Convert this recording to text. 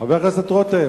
חבר הכנסת פינס,